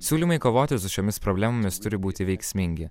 siūlymai kovoti su šiomis problemomis turi būti veiksmingi